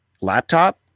laptop